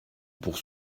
pour